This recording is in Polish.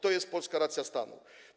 To jest polska racja stanu.